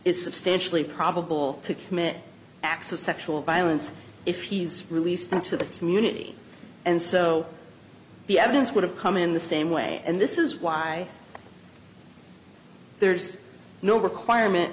is substantially probable to commit acts of sexual violence if he's released into the community and so the evidence would have come in the same way and this is why there's no requirement